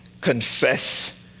confess